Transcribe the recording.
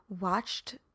watched